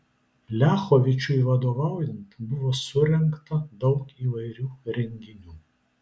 liachovičiui vadovaujant buvo surengta daug įvairių renginių